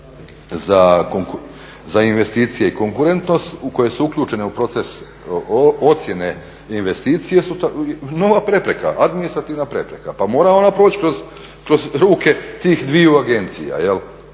za investicije i konkurentnost koje su uključene u proces ocjene investicija su nova prepreka, administrativna prepreka. Pa mora ona proći kroz ruke tih dviju agencija i